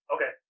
Okay